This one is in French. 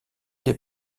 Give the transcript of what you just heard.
des